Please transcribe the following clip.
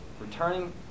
returning